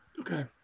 Okay